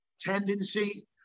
tendency